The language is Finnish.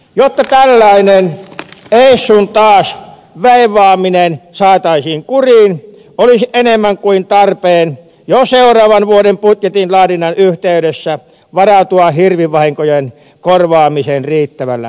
jotta tällainen ees sun taas veivaaminen saataisiin kuriin olisi enemmän kuin tarpeen jo seuraavan vuoden budjetin laadinnan yhteydessä varautua hirvivahinkojen korvaamiseen riittävällä määrärahalla